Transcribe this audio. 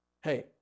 Hey